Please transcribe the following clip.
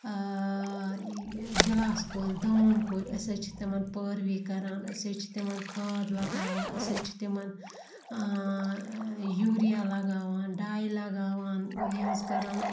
glass کُلۍ دٲن کُلۍ أسۍ حظ چھِ تِمَن پٲروِی کَران أسۍ حظ چھِ تِمَن کھاد لَگاوان أسۍ حظ چھِ تِمَن یوٗریا لگاوان ڈَاے لگاوان یہِ حظ کَران